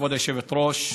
כבוד היושבת-ראש,